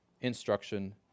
instruction